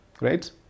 Right